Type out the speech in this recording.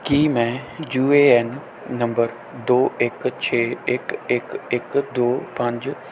ਕੀ ਮੈਂ U A N number ਦੋ ਇੱਕ ਛੇ ਇੱਕ ਇੱਕ ਇੱਕ ਦੋ ਪੰਜ